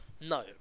no